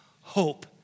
Hope